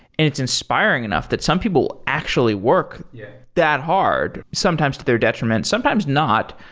and it's inspiring enough that some people actually work yeah that hard sometimes to their detriment, sometimes not.